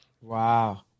Wow